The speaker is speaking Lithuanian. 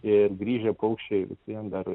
ir grįžę paukščiai visiem dar